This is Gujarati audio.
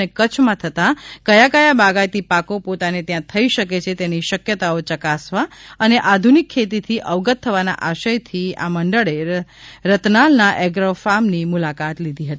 અને કચ્છમાં થતા કયા કયા બાગાયતી પાકો પોતાને ત્યાં થઈ શકે તેની શક્યતાઓ ચકાસવા અને આધુનિક ખેતીથી અવગત થવાના આશયથી આ પ્રતિનિધિ મંડળે રતનાલના એગ્રીફાર્મની મુલાકાત લીધી હતી